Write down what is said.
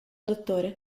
dott